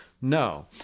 No